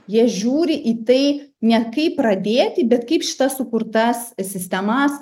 jie žiūri į tai ne kaip pradėti bet kaip šitas sukurtas sistemas